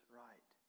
right